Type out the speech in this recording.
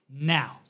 now